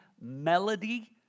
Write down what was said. melody